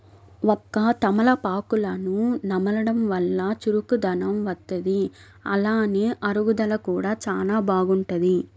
వక్క, తమలపాకులను నమలడం వల్ల చురుకుదనం వత్తది, అలానే అరుగుదల కూడా చానా బాగుంటది